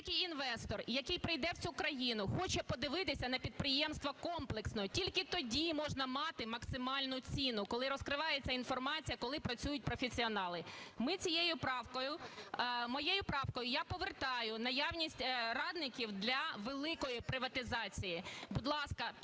будь-який інвестор, який прийде в цю країну, хоче подивитися на підприємство комплексно. Тільки тоді можна мати максимальну ціну, коли розкривається інформація, коли працюють професіонали. Ми цією правкою, моєю правкою я повертаю наявність радників для великої приватизації.